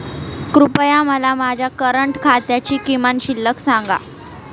कृपया मला माझ्या करंट खात्याची किमान शिल्लक सांगा